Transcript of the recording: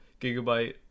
gigabyte